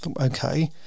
Okay